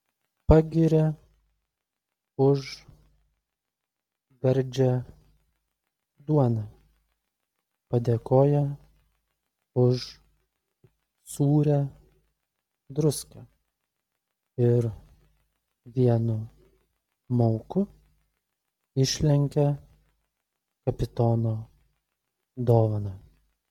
pagiria už gardžią duoną padėkoja už sūrią druską ir vienu mauku išlenkia kapitono dovaną